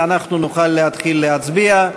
ואנחנו נוכל להתחיל להצביע.